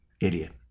Idiot